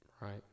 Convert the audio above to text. Right